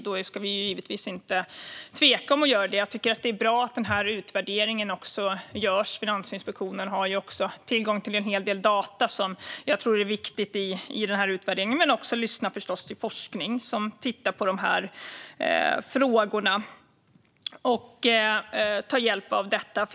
Då ska vi givetvis inte tveka att göra det. Jag tycker att det är bra att utvärderingen görs. Finansinspektionen har tillgång till en hel del data som jag tror är viktiga i utvärderingen. Det är förstås också bra att lyssna till forskning som tittar på dessa frågor och ta hjälp av det.